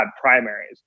primaries